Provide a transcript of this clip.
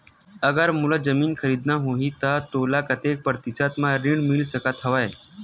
अगर मोला जमीन खरीदना होही त मोला कतेक प्रतिशत म ऋण मिल सकत हवय?